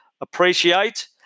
appreciate